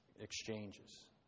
exchanges